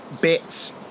bits